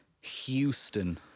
Houston